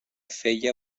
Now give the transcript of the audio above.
feia